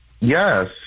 Yes